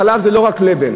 חלב זה לא רק לבן,